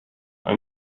ein